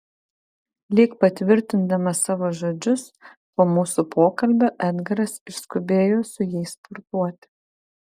lyg patvirtindamas savo žodžius po mūsų pokalbio edgaras išskubėjo su jais sportuoti